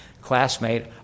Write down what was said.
classmate